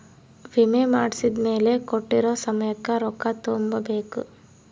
ವಿಮೆ ಮಾಡ್ಸಿದ್ಮೆಲೆ ಕೋಟ್ಟಿರೊ ಸಮಯಕ್ ರೊಕ್ಕ ತುಂಬ ಬೇಕ್